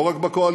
לא רק בקואליציה,